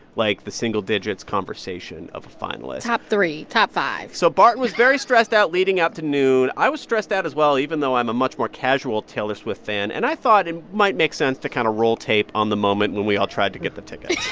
like, the single digits conversation of finalists top three, top five so barton was very stressed out leading up to noon. i was stressed out as well, even though i'm a much more casual taylor swift fan. and i thought it and might make sense to kind of roll tape on the moment when we all tried to get the tickets